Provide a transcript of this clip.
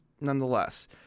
nonetheless